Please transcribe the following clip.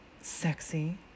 sexy